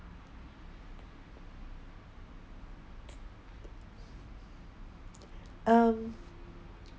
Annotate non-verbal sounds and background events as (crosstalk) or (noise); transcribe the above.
(noise) um (noise)